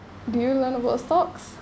did you learn about stocks